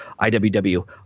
IWW